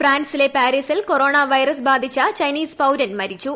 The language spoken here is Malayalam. ഫ്രാൻസിലെ പാരീസിൽ കൊറോണ വൈറസ് ബാധിച്ച ചൈനീസ് പൌരൻ മരിച്ചു